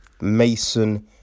Mason